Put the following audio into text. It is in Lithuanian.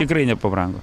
tikrai nepabrango